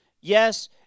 yes